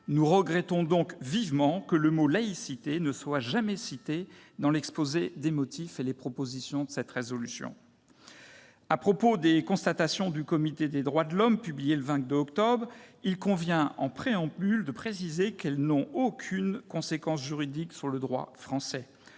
Nous regrettons donc vivement que le mot « laïcité » n'y soit jamais cité, ni dans l'exposé des motifs ni dans le texte même. À propos des constatations du Comité des droits de l'homme des Nations unies publiées le 22 octobre 2018, il convient, en préambule, de préciser qu'elles n'ont aucune conséquence juridique sur le droit français.